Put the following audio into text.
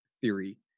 theory